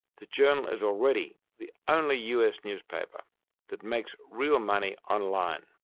the journal is already the only us. newspaper that makes real money online.